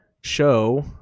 show